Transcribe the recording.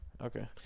Okay